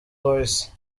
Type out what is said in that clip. royce